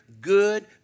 good